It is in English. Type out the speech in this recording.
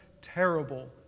terrible